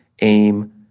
aim